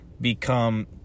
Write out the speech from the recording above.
become